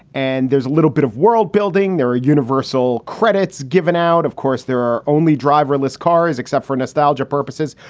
and there's a little bit of world building. there are universal credits given out. of course there are only driverless cars except for nostalgia purposes.